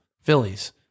Phillies